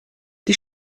die